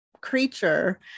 creature